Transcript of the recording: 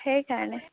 সেইকাৰণে